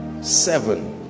seven